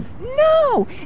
No